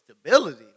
stability